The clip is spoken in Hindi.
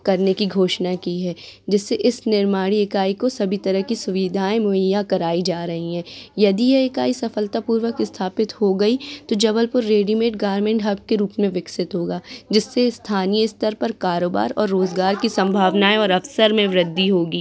करने की घोषणा की है जिससे इस निर्माण इकाई को सभी तरह की सुविधाएँ मुहैया कराई जा रही हैं यदि ये इकाई सफलता पूर्वक स्थापित हो गई तो जबलपुर रेडिमेड गारमेंट हब के रूप में विकसित होगा जिससे स्थानीय स्तर पर कारोबार और रोज़गार की संभावनाएं और अवसर में वृद्धि होगी